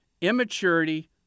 immaturity